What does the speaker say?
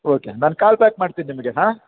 okay ನಾನು call back ಮಾಡ್ತೀನಿ ನಿಮಗೆ ಹಾಂ